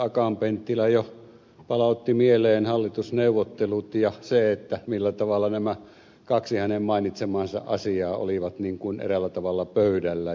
akaan penttilä jo palautti mieleen hallitusneuvottelut ja sen millä tavalla nämä kaksi hänen mainitsemaansa asiaa olivat eräällä tavalla pöydällä